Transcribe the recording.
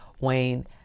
Wayne